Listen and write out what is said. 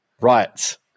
right